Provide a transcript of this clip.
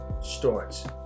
starts